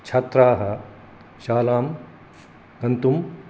छात्राः शालां गन्तुं